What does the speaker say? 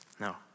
No